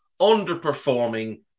underperforming